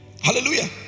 Hallelujah